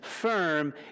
firm